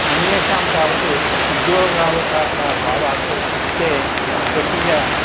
अन्येषां तावत् उद्योगावकाशाभावात् ते स्वकीय